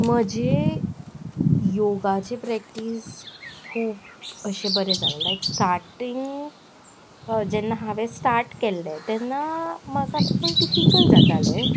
म्हजें योगाचें प्रॅक्टीस खूब अशे बरें जाला लायक स्टार्टींग जेन्ना हांवें स्टार्ट केल्लें तेन्ना म्हाका थोडें डिफिकल्ट जातालें